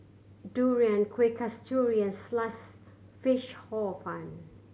durian Kuih Kasturi and Sliced Fish Hor Fun